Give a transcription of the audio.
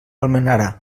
almenara